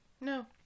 no